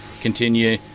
continue